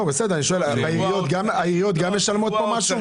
אני שואל האם גם העיריות משלמות כאן משהו.